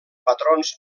patrons